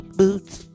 boots